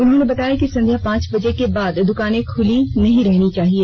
उन्होंने बताया कि संध्या पांच बजे के बाद दुकाने खुली नहीं रहनी चाहिए